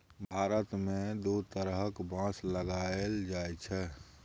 भारत मे दु तरहक बाँस लगाएल जाइ छै